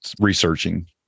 researching